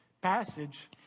passage